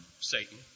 Satan